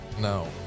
No